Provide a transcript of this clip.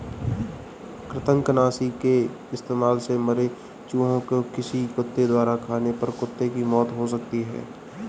कृतंकनाशी के इस्तेमाल से मरे चूहें को किसी कुत्ते द्वारा खाने पर कुत्ते की मौत हो सकती है